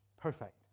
perfect